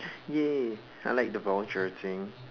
!yay! I like the voucher thing